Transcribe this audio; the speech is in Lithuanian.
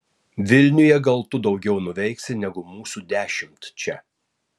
vilniuje gal tu daugiau nuveiksi negu mūsų dešimt čia